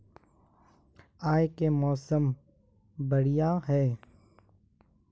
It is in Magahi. आय के मौसम बढ़िया है?